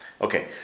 Okay